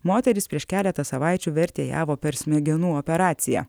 moteris prieš keletą savaičių vertėjavo per smegenų operaciją